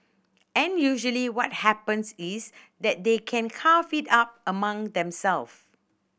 and usually what happens is that they can carve it up among them self